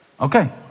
Okay